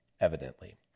evidently